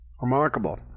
Remarkable